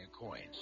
Coins